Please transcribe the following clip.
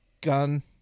gun